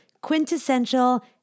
quintessential